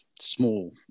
small